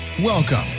Welcome